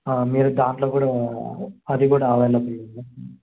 మీరు దాంట్లో కూడా అది కూడా అవైలబుల్ ఉందా అక్క